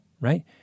right